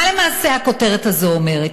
מה למעשה הכותרת הזאת אומרת?